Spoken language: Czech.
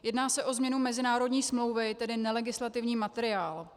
Jedná se o změnu mezinárodní smlouvy, tedy nelegislativní materiál.